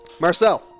Marcel